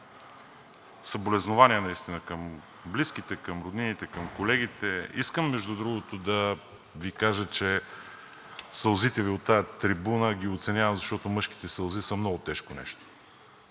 съболезнования към близките, към роднините, към колегите! Искам, между другото, да Ви кажа, че сълзите Ви от тази трибуна ги оценявам, защото мъжките сълзи са много тежко нещо,